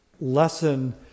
lesson